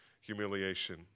humiliation